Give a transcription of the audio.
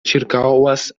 ĉirkaŭas